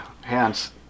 hands